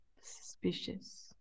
Suspicious